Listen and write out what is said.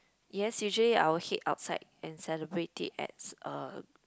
yes usually I will head outside and celebrate it at uh